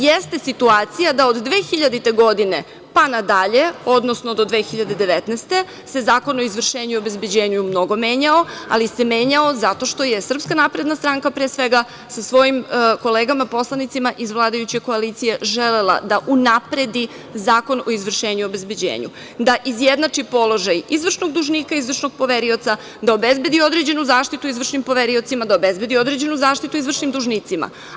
Jeste situacija da od 2000. godine pa nadalje, odnosno do 2019. godine se Zakon o izvršenju i obezbeđenju mnogo menjao, ali se menjao zato što je SNS, pre svega, sa svojim kolegama poslanicima iz vladajuće koalicije želela da unapredi Zakon o izvršenju i obezbeđenju, da izjednači položaj izvršnog dužnika i izvršnog poverioca, da obezbedi određenu zaštitu izvršnim poveriocima, da obezbedi određenu zaštitu izvršnim dužnicima.